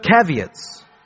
caveats